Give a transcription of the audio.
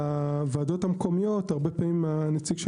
בוועדות המקומיות הרבה פעמים הנציג של